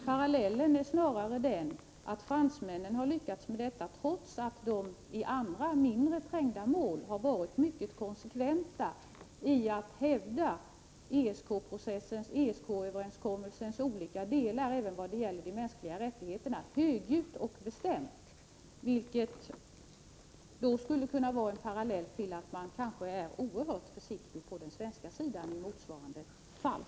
Vad det gäller är snarare att fransmännen har lyckats med detta trots att de i andra, mindre trängda mål har varit mycket konsekventa i att högljutt och bestämt hävda ESK-överenskommelsens olika delar även beträffande de mänskliga rättigheterna, vilket skulle kunna vara en parallell till att man kanske är oerhört försiktig från svensk sida i motsvarande fall.